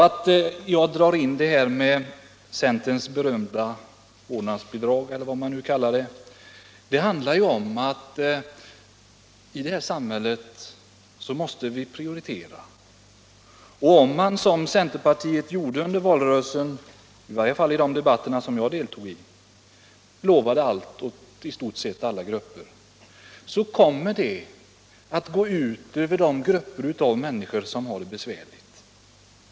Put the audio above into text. Att jag drar in detta med centerns vårdnadsbidrag —- eller vad man nu kallar det — beror ju på att vi i det här samhället måste prioritera. Om man, som centerpartiet gjorde i valrörelsen — i varje fall i de debatter där jag deltog —, lovar allt åt i stort sett alla grupper, så kommer det att gå ut över de grupper som har det besvärligt.